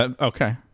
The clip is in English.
Okay